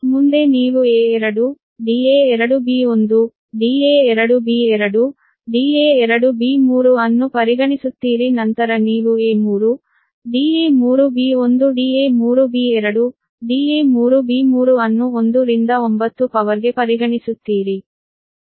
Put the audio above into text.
ಮುಂದೆ ನೀವು a2 da2b1 da2b2 da2b3 ಅನ್ನು ಪರಿಗಣಿಸುತ್ತೀರಿ ನಂತರ ನೀವು a3 da3b1 da3b2 da3b3 ಅನ್ನು 1 ರಿಂದ 9 ಪವರ್ಗೆ ಪರಿಗಣಿಸುತ್ತೀರಿ